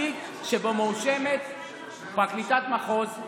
תיק שבו מואשמים פרקליטת מחוז,